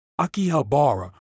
Akihabara